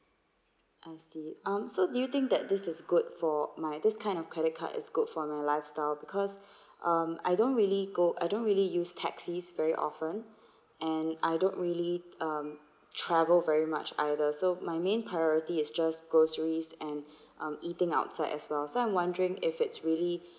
I see um so do you think that this is good for my this kind of credit card is good for my lifestyle because um I don't really go I don't really use taxis very often and I don't really um travel very much either so my main priority is just groceries and um eating outside as well so I'm wondering if it's really